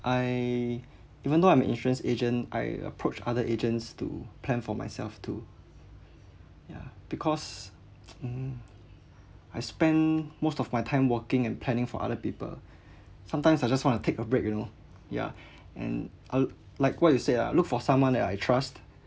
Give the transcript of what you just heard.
I even though I'm insurance agent I approached other agents to plan for myself to ya because mm I spend most of my time working and planning for other people sometimes I just want to take a break you know yeah and I'll like what you said ah look for someone that I trust